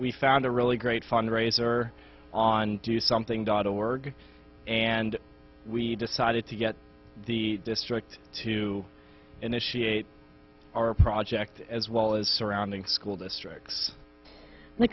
we found a really great fundraiser on do something dot org and we decided to get the district to initiate our project as well as surrounding school districts